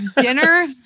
dinner